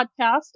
podcast